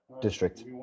district